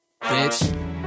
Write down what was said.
Bitch